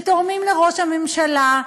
שתורמים לראש הממשלה,